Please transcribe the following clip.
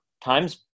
Times